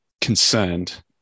concerned